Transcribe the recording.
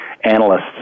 Analysts